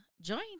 join